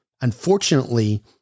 Unfortunately